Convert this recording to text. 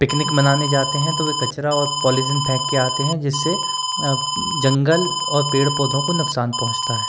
picnic मनाने जाते हैं तो वे कचरा और पॉलीजिन फेंक के आते हैं जिस से जंगल और पेड़ पौधों को नुक़सान पहुचता है